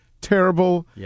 terrible